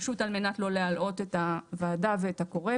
פשוט על מנת לא להלאות את הוועדה ואת הקורא,